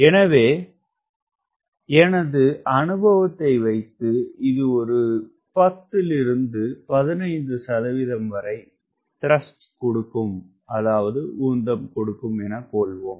எனவெ எனது அனுபவத்தை வைத்து இது ஒரு 10 லிருந்து 15 சதவீதம் வரை உந்தம் கொடுக்கும் எனக் கொள்வோம்